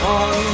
on